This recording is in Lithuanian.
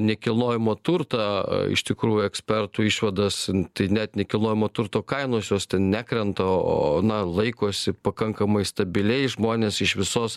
nekilnojamą turtą iš tikrųjų ekspertų išvadas tai net nekilnojamo turto kainos jos nekrenta o na laikosi pakankamai stabiliai žmonės iš visos